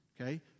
Okay